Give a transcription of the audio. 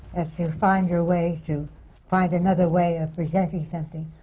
as you find your way, to find another way of presenting something.